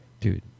Dude